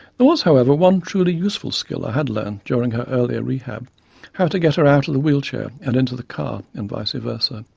there was however one truly useful skill i had learnt during her earlier rehab how to get her out of the wheelchair and into the car and vice versa.